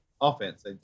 offense